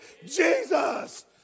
Jesus